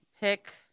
pick